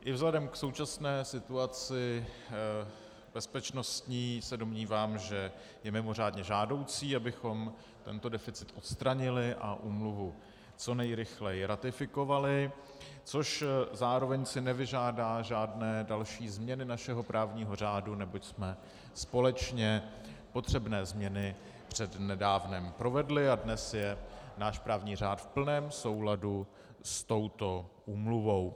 I vzhledem k současné bezpečnostní situaci se domnívám, že je mimořádně žádoucí, abychom tento deficit odstranili a úmluvu co nejrychleji ratifikovali, což zároveň si nevyžádá žádné další změny našeho právního řádu, neboť jsme společně potřebné změny přednedávnem provedli a dnes je náš právní řád v plném souladu s touto úmluvou.